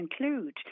include